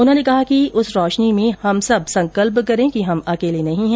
उन्होंने कहा कि उस रोशनी में हम सब संकल्प करें कि हम अकेले नहीं है